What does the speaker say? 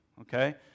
Okay